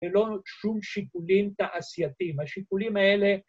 ‫ולא שום שיקולים תעשייתיים. ‫השיקולים האלה...